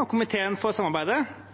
med fire representantforslag som omhandler vilkårene for